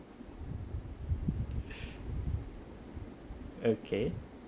okay